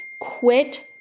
Quit